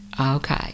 Okay